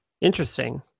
Interesting